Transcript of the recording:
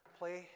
play